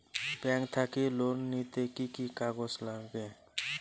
Bank থাকি loan নিতে কি কি কাগজ নাগে?